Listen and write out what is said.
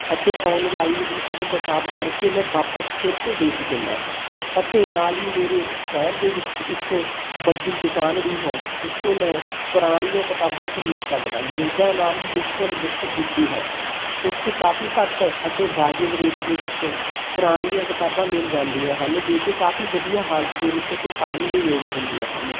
ਅਤੇ ਔਨਲਾਈਨ ਹੀ ਉਹ ਕਿਤਾਬ ਪੜ੍ਹ ਕੇ ਮੈਂ ਵਾਪਸ ਫਿਰ ਤੋਂ ਵੇਚ ਦਿੰਦਾ ਹਾਂ ਅਤੇ ਨਾਲ ਹੀ ਮੇਰੇ ਸ਼ਹਿਰ ਦੇ ਵਿੱਚ ਇੱਕ ਵੱਡੀ ਦੁਕਾਨ ਵੀ ਹੈ ਜਿਸ ਤੋਂ ਮੈਂ ਪੁਰਾਣੀਆਂ ਕਿਤਾਬਾਂ ਖਰੀਦ ਸਕਦਾ ਜਿਸ ਦਾ ਨਾਮ ਮਿੱਤਲ ਬੁੱਕ ਡਿਪੂ ਹੈ ਉੱਥੇ ਕਾਫੀ ਘੱਟ ਅਤੇ ਵਾਜਿਬ ਰੇਟ ਦੇ ਵਿੱਚ ਪੁਰਾਣੀਆਂ ਕਿਤਾਬਾਂ ਮਿਲ ਜਾਂਦੀਆਂ ਹਨ ਜੋ ਕਿ ਕਾਫੀ ਵਧੀਆ ਹਾਲਤ ਦੇ ਵਿੱਚ ਅਤੇ ਪੜ੍ਹਨ ਦੇ ਯੋਗ ਹੁੰਦੀਆਂ ਹਨ